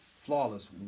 Flawless